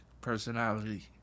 personality